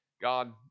God